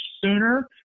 sooner